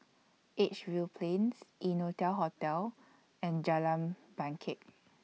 Edgefield Plains Innotel Hotel and Jalan Bangket